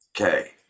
okay